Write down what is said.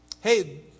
Hey